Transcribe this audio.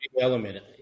element